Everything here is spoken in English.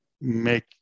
make